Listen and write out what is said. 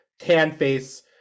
Tanface